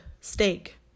steak